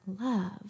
love